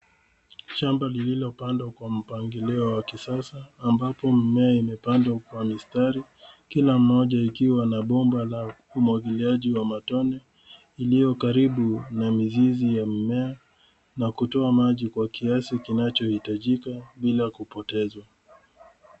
Shamba lililopandwa kwa mpangilio wa kisasa ambapo mimea imepandwa kwa mistari, kila moja ikiwa na bomba la umwagiliaji wa matone iliyo karibu na mizizi ya mimea na kutoa maji kwa kiasi kinachohitajika bila kupotezwa.